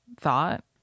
thought